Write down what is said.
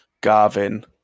Garvin